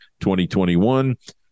2021